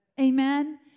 Amen